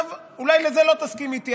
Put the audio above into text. ואולי לזה לא תסכים איתי,